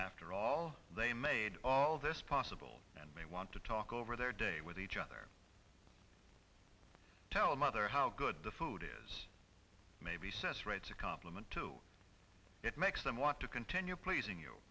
after all they made all this possible and may want to talk over their day with each other tell mother how good the food is maybe cess writes a compliment to it makes them want to continue pleasing you